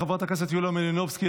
חברת הכנסת יוליה מלינובסקי,